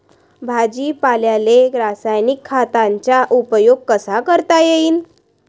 भाजीपाल्याले रासायनिक खतांचा उपयोग कसा करता येईन?